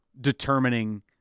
determining